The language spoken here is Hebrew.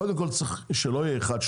קודם כל צריך שלא יהיה אחד,